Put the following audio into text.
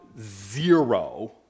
zero